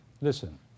listen